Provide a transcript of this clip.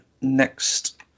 next